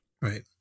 Right